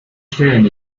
stellen